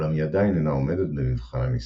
אולם היא עדיין אינה עומדת במבחן הניסוי.